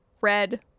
red